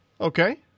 Okay